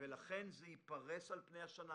לכן זה יתפרס על פני השנה.